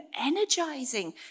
energizing